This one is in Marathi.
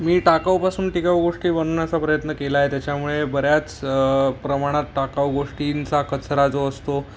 मी टाकाऊपासून टिकाऊ गोष्टी बनवण्याचा प्रयत्न केला आहे त्याच्यामुळे बऱ्याच प्रमाणात टाकाऊ गोष्टींचा कचरा जो असतो